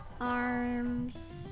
ARMS